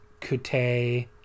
kute